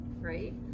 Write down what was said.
right